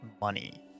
money